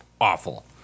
awful